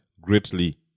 greatly